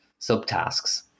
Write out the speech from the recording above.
subtasks